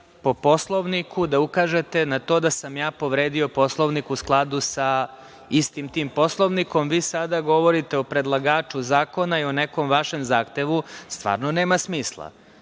po Poslovniku da ukažete na to da sam ja povredio Poslovnik u skladu sa istim tim Poslovnikom. Vi sada govorite o predlagaču zakona i o nekom vašem zahtevu. Stvarno nema smisla. Moramo